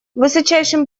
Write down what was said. высочайшим